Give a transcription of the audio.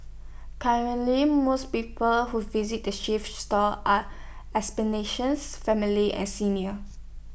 currently most people who visit the thrift stores are explanations families and seniors